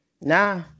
nah